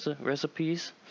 recipes